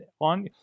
on